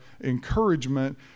encouragement